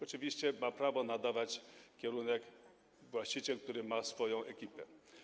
Oczywiście ma prawo nadawać kierunek właściciel, który ma swoją ekipę.